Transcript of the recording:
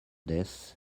this